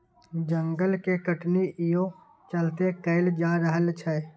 जंगल के कटनी इहो चलते कएल जा रहल छै